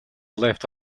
left